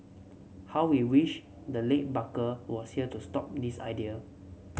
how we wish the late barker was here to stop this idea